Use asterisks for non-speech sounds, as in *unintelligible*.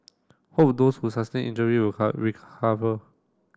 hope those who sustained injury will *unintelligible* recover